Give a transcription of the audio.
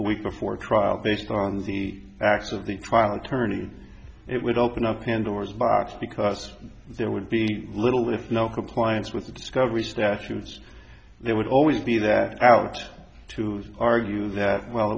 a week before trial based on the acts of the trial attorney it would open up pandora's box because there would be little if no compliance with the discovery statutes there would always be that out to argue that well